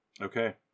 Okay